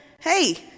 Hey